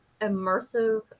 immersive